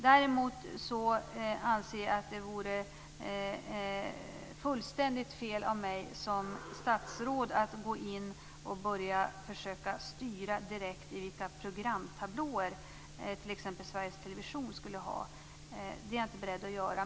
Däremot anser jag att det vore fullständigt fel av mig som statsråd att gå in och försöka att direkt styra vilka programtablåer som t.ex. Sveriges Television skall ha. Det är jag alltså inte beredd att göra.